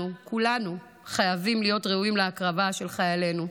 אנחנו כולנו חייבים להיות ראויים להקרבה של חיילינו.